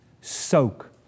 Soak